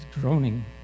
groaning